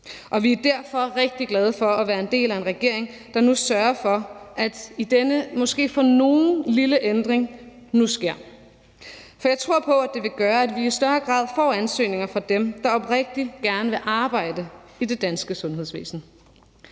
Og vi er derfor rigtig glade for at være en del af en regering, der nu sørger for, at denne måske for nogle lille ændring nu sker. For jeg tror på, at det vil gøre, at vi i større grad får ansøgninger fra dem, der oprigtigt gerne vil arbejde i det danske sundhedsvæsen.